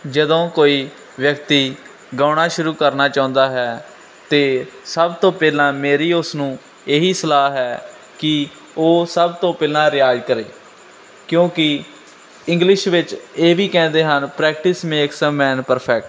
ਜਦੋਂ ਕੋਈ ਵਿਅਕਤੀ ਗਾਉਣਾ ਸ਼ੁਰੂ ਕਰਨਾ ਚਾਹੁੰਦਾ ਹੈ ਤਾਂ ਸਭ ਤੋਂ ਪਹਿਲਾਂ ਮੇਰੀ ਉਸ ਨੂੰ ਇਹ ਹੀ ਸਲਾਹ ਹੈ ਕਿ ਉਹ ਸਭ ਤੋਂ ਪਹਿਲਾਂ ਰਿਆਜ਼ ਕਰੇ ਕਿਉਂਕਿ ਇੰਗਲਿਸ਼ ਵਿੱਚ ਇਹ ਵੀ ਕਹਿੰਦੇ ਹਨ practice makes a man perfect